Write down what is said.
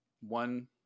one